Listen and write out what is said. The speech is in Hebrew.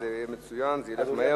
זה יהיה מצוין וזה ילך מהר.